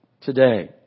today